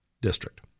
district